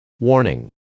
Warning